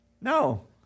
No